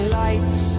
lights